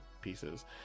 pieces